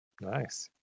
nice